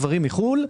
דברים מחו"ל,